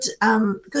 good